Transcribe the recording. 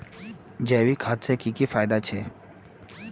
जैविक खाद से की की फायदा छे?